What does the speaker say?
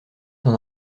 son